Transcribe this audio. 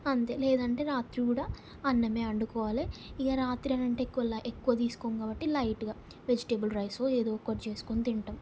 అంతే లేదు అంటే రాత్రి కూడా అన్నమే వండుకోవాలి ఇక రాత్ర అంటే ఎక్కువ తీసుకో కాబట్టి లైట్గా వెజిటేబుల్స్ రైస్ ఏదో ఒకటి చేసుకొని తింటాం